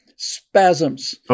spasms